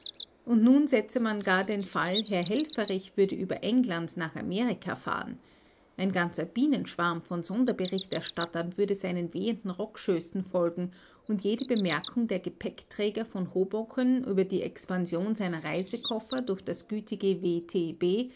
und nun setze man gar den fall herr helfferich würde über england nach amerika fahren ein ganzer bienenschwarm von sonderberichterstattern würde seinen wehenden rockschößen folgen und jede bemerkung der gepäckträger von hoboken über die expansion seiner reisekoffer durch das gütige w